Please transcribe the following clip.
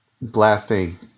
blasting